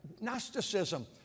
Gnosticism